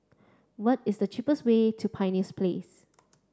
what is the cheapest way to Pioneer Place